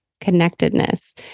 connectedness